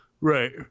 right